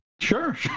Sure